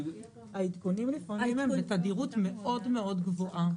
העדכונים לפעמים הם בתדירות מאוד מאוד גבוהה,